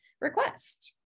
request